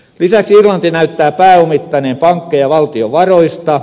lisäksi irlanti näyttää pääomittaneen pankkeja valtion varoista